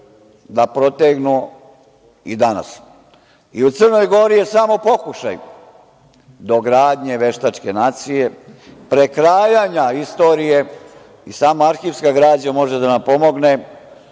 da protegnu i danas. U Crnoj Gori je samo pokušaj dogradnje veštačke nacije, prekrajanja istorije. Samo arhivska građa može da nam pomogne,